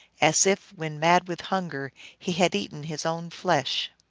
as if, when mad with hunger, he had eaten his own flesh.